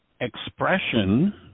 expression